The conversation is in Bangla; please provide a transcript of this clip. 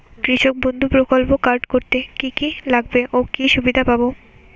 কৃষক বন্ধু প্রকল্প কার্ড করতে কি কি লাগবে ও কি সুবিধা পাব?